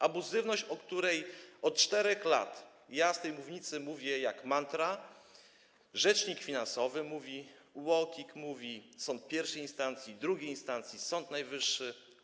Abuzywność, o której od 4 lat z tej mównicy mówię jak mantra, rzecznik finansowy mówi, UOKiK mówi, sąd pierwszej instancji, drugiej instancji, Sąd Najwyższy.